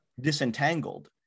disentangled